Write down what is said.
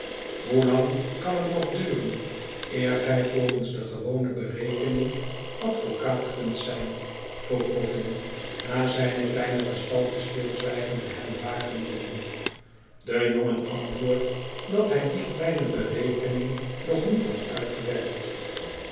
hoelang kan het nog duren eer gij volgens de gewone berekening advocaat kunt zijn f vroeg boffin na zijne kleine gestalte stilzwijgend te hebben waargenomen de jongen antwoordt dat hij die kleine berekening nog niet had